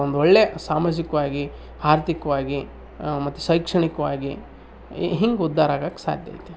ಒಂದು ಒಳ್ಳೇ ಸಾಮಾಜಿಕವಾಗಿ ಆರ್ಥಿಕವಾಗಿ ಮತ್ತು ಶೈಕ್ಷಣಿಕವಾಗಿ ಹಿಂಗೆ ಉದ್ಧಾರ ಆಗೋಕ್ಕೆ ಸಾಧ್ಯ ಐತಿ